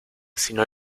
sino